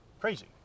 crazy